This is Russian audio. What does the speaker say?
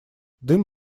дым